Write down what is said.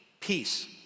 peace